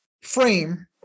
frame